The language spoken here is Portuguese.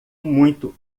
muito